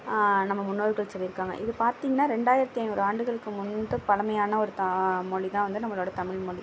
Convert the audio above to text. நம்ம முன்னோர்கள் சொல்லியிருக்காங்க இது பார்த்திங்கன்னா ரெண்டாயிரத்தி ஐநூறு ஆண்டுகளுக்கு முன்பு பழமையான ஒரு மொழிதான் வந்து நம்மளோடய தமிழ்மொழி